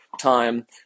time